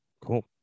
cool